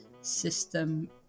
system